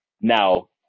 Now